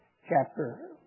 chapter